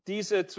diese